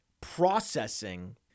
processing